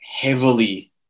heavily